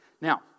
Now